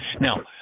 Now